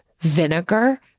Vinegar